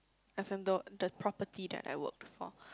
even though the property that I worked for